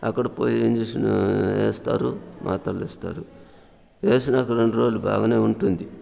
అక్కడ పోయి ఇంజక్షన్ వేస్తారు మాత్రలు ఇస్తారు వేసినాక రెండు రోజులు బాగానే ఉంటుంది